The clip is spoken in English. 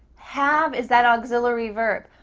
have is that auxiliary verb.